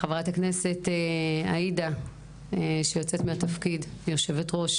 חברת הכנסת עאידה שיוצאת מתפקיד יושבת-ראש